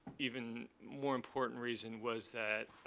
even more important reason, was that